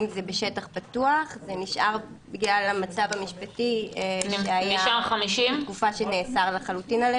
כואב הלב על הזוגות ועל בעלי